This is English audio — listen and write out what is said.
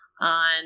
on